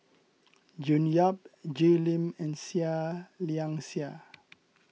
June Yap Jay Lim and Seah Liang Seah